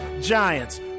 Giants